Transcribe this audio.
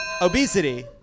Obesity